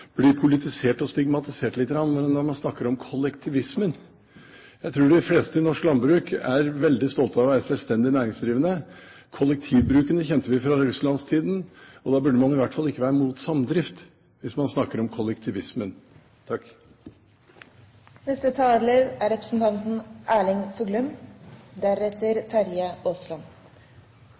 blir politisert og stigmatisert litt når man snakker om kollektivismen. Jeg tror de fleste i norsk landbruk er veldig stolte over å være selvstendig næringsdrivende. Kollektivbrukene kjente vi fra sovjettiden, og da burde man i hvert fall ikke være mot samdrift, hvis man snakker om kollektivismen. Representanten